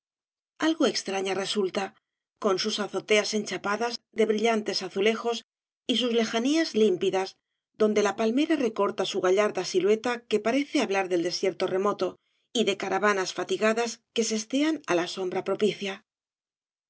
algo extraña resulta con sus azoteas enchapadas de brillantes azulejos y sus lejanías límpidas donde la palmera recorta su gallarda silueta que parece hablar del desierto remoto y de caravanas fatigadas que sestean á la sombra propicia